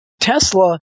Tesla